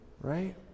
right